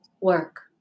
work